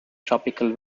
tropical